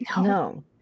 No